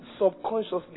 subconsciously